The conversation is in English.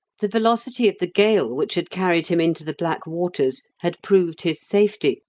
the velocity of the gale which had carried him into the black waters had proved his safety,